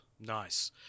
Nice